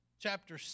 Chapter